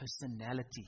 personality